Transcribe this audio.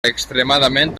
extremadament